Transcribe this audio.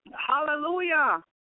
hallelujah